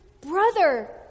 brother